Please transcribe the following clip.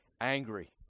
angry